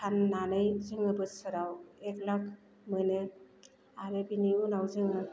फाननानै जोङो बोसोराव एक लाख मोनो आरो बेनि उनाव जोङो